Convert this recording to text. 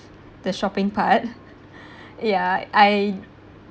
the shopping part ya I